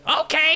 Okay